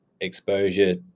exposure